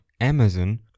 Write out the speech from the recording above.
Amazon